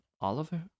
Oliver